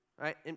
right